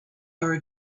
are